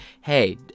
hey